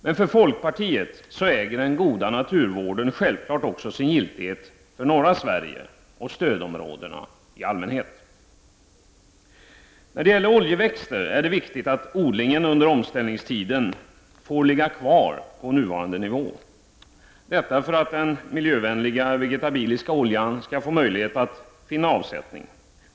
Men för folkpartiet äger den goda naturvården självfallet också sin giltighet för norra Sverige och stödområdena i allmänhet. När det gäller oljeväxter är det viktigt att odlingen under omställningstiden får ligga kvar på nuvarande nivå, detta för att den miljövänliga vegetabi liska oljan skall få möjlighet att finna avsättning.